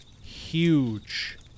huge